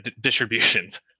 distributions